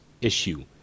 issue